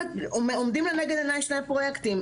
ועומדים לנגד עיניי שני פרויקטים.